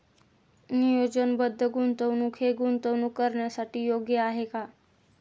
नियोजनबद्ध गुंतवणूक हे गुंतवणूक करण्यासाठी योग्य आहे का?